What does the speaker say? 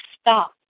stop